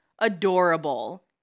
adorable